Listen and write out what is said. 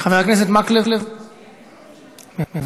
חבר הכנסת מקלב, מוותר.